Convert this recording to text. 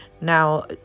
now